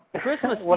Christmas